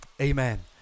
Amen